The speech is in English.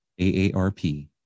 AARP